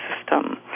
system